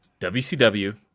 wcw